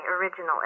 original